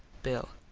bill.